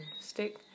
Stick